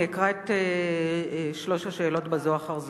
אני אקרא את שלוש השאלות זו אחר זו,